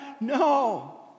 no